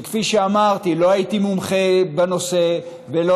שכפי שאמרתי לא הייתי מומחה בנושא ולא